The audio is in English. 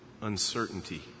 uncertainty